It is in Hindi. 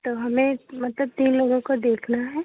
तो हमें मतलब तीन लोगों को देखना है